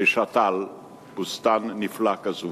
ושתל בוסתן נפלא כזה